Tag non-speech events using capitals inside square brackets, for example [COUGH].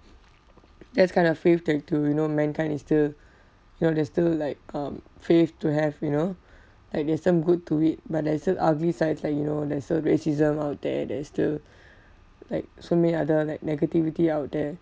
[NOISE] that's kind of faith like to you know mankind is still you know there's still like um faith to have you know like there's some good to it but there's still ugly sides like you know there's still racism out there that is still like so many other like negativity out there